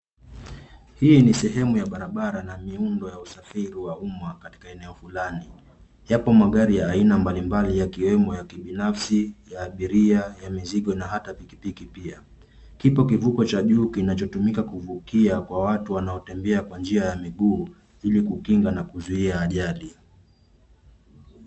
Hii ni sehemu ya barabara na miundo ya usafiri wa umma katika eneo fulani. Yapo magari ya aina mbalimbali yakiwemo ya kibinafsi, ya abiria, ya mizigo na hata pikipiki pia. Kipo kivuko cha juu kinacho tumika kuvukia kwa watu wanaotembea kwa njia ya miguu ili kukinga na kuzuia ajali.